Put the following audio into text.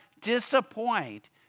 disappoint